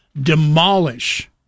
demolish